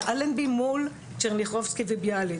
על אלנבי מול טשרניחובסקי וביאליק,